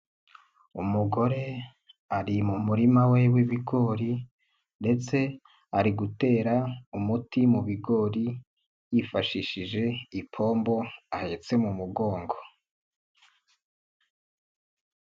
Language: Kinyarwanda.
Umugore ari mu murima we w'ibigori, ndetse ari gutera umuti mu bigori yifashishije ipombo ahetse mu mugongo.